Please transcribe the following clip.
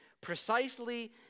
precisely